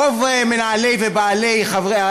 רוב מנהלי ובעלי,